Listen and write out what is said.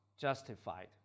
justified